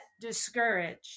discouraged